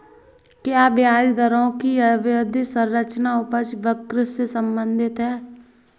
क्या ब्याज दरों की अवधि संरचना उपज वक्र से संबंधित है?